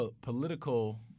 Political